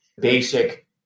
basic